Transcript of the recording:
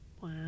Wow